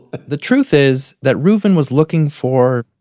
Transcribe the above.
the truth is that reuven was looking for,